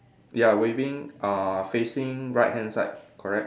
ya waving uh facing right hand side correct